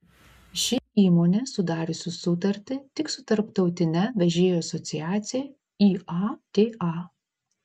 ši įmonė sudariusi sutartį tik su tarptautine vežėjų asociacija iata